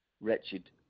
wretched